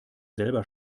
selber